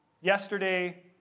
yesterday